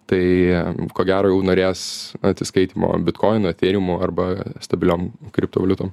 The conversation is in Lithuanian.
tai ko gero jau norės atsiskaitymo bitkoinu efeiriumu arba stabiliom kriptovaliutom